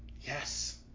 Yes